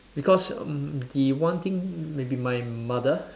because mm the one thing maybe my mother